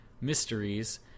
mysteries